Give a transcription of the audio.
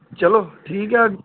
ਚਲੋ ਠੀਕ ਆ